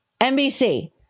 NBC